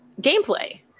gameplay